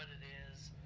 is,